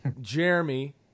Jeremy